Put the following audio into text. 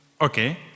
Okay